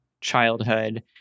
childhood